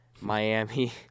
Miami